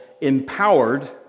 Empowered